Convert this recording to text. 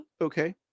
Okay